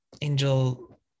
angel